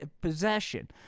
Possession